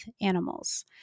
animals